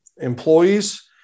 employees